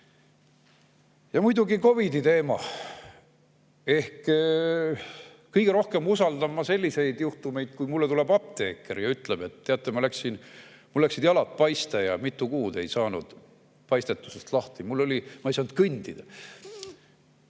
Ja muidugi COVID‑i teema. Kõige rohkem usaldan ma selliseid juhtumeid, kui mulle ütleb apteeker, et teate, mul läksid jalad paiste ja mitu kuud ei saanud paistetusest lahti, ma ei saanud kõndida.